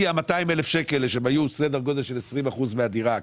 כי ה-200,000 שקלים שהם היו סדר גודל של 20% מהדירה,